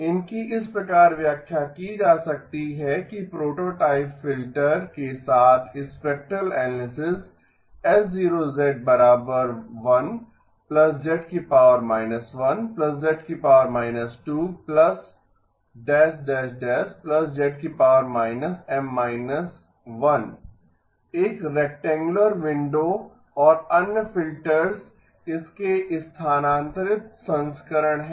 इनकी इस प्रकार व्याख्या की जा सकती है कि प्रोटोटाइप फ़िल्टर के साथ spectral analysis H0 1 z−1 z−2 z−M−1 एक रेक्टैंगुलर विंडो और अन्य फिल्टर्स इसके स्थानांतरित संस्करण हैं